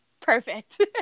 Perfect